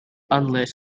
unlit